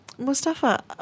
Mustafa